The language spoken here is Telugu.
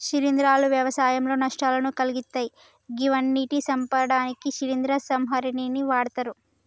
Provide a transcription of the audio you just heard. శిలీంద్రాలు వ్యవసాయంలో నష్టాలను కలిగిత్తయ్ గివ్విటిని సంపడానికి శిలీంద్ర సంహారిణిని వాడ్తరు